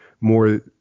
more –